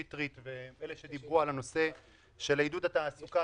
שטרית ולאלה שדיברו על הנושא של עידוד התעסוקה,